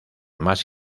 más